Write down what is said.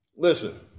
Listen